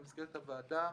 במסגרת הוועדה,